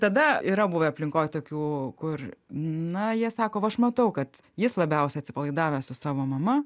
tada yra buvę aplinkoj tokių kur na jie sako va aš matau kad jis labiausia atsipalaidavęs su savo mama